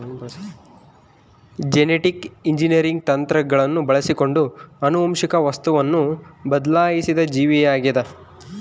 genetic engineering ತಂತ್ರಗಳನ್ನು ಬಳಸಿಕೊಂಡು ಆನುವಂಶಿಕ ವಸ್ತುವನ್ನು ಬದಲಾಯಿಸಿದ ಜೀವಿಯಾಗಿದ